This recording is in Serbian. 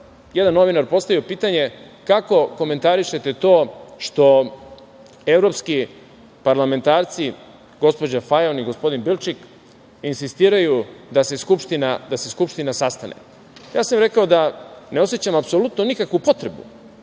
jedan novinar postavio pitanje – kako komentarišete to što evropski parlamentarci, gospođa Fajon i gospodin Bilčik insistiraju da se Skupština sastane? Rekao sam da ne osećam apsolutno nikakvu potrebu